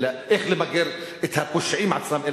איך למגר את הפושעים עצמם,